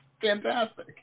Fantastic